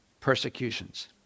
persecutions